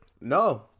No